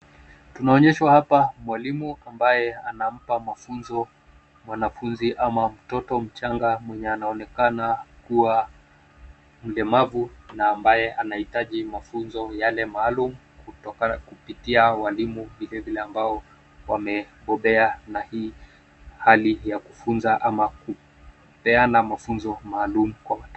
Tunaonyeshwa hapa mwalimu ambaye anampa mafunzo mqanfunzi ama mtoto mchanga mwenye anaonekana kuwa mlemavu na ambaye anaitaji mafunzo yale maalum kupitia hao walimu vile vile ambao wamebombea na hii hali ya kufunza ama kupeana mafunzo maalum kwa watoto.